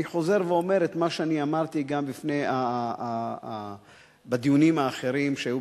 אני חוזר ואומר את מה שאני אמרתי גם בדיונים האחרים שהיו,